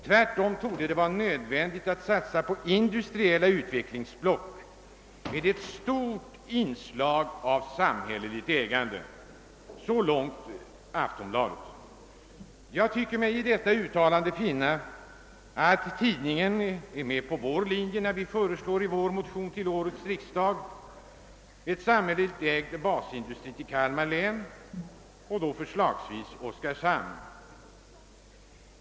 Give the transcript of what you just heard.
Tvärtom torde det vara nödvändigt att satsa på industriella utvecklingsblock med ett stort inslag av samhälleligt ägande.» Jag tycker mig av detta utlåtande finna att tidningen helt är med på den linje som vi föreslår i vår motion till årets: riksdag om lokalisering av en samhälleligt ägd basindustri till Kalmar län, förslagsvis Oskarshamn.